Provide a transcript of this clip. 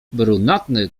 brunatny